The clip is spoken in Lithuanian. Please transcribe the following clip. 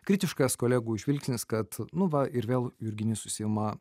kritiškas kolegų žvilgsnis kad nu va ir vėl jurginis užsiima